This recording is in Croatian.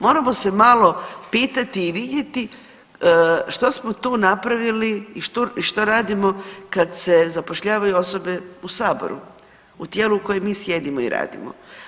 Moramo se malo pitati i vidjeti što smo tu napravili i što radimo kad se zapošljavaju osobe u Saboru, u tijelu u kojem mi sjedimo i radimo.